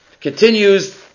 continues